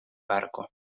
barco